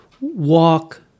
walk